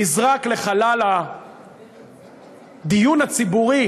נזרק לחלל הדיון הציבורי